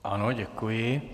Ano, děkuji.